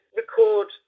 record